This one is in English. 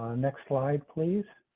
next slide please.